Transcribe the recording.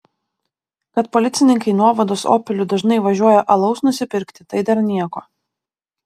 kad policininkai nuovados opeliu dažnai važiuoja alaus nusipirkti tai dar nieko